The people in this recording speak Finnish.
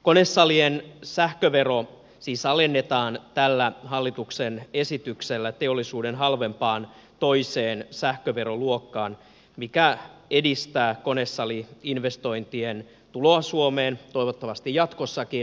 konesalien sähkövero siis alennetaan tällä hallituksen esityksellä teollisuuden halvempaan toiseen sähköveroluokkaan mikä edistää konesali investointien tuloa suomeen toivottavasti jatkossakin